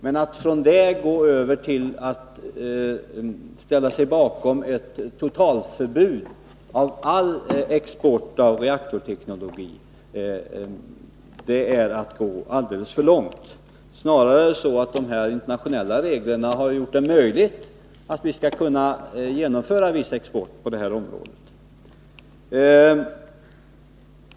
Men att ifrån detta gå över till att ställa sig bakom ett totalförbud mot all export av reaktorteknologi är att gå alldeles för långt. Snarare bör man se det så att de internationella reglerna har gjort det möjligt för oss att genomföra viss export på det här området.